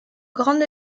grande